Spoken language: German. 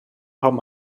haben